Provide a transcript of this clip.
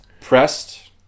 pressed